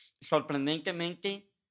sorprendentemente